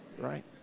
right